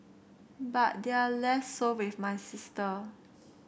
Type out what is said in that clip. but they're less so with my sister